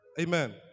Amen